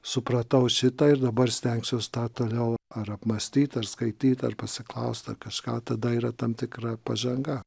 supratau šitą ir dabar stengsiuos tą toliau ar apmąstyt ar skaityt ar pasiklaust ar kažką tada yra tam tikra pažanga